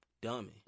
dummy